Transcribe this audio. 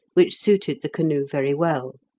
which suited the canoe very well.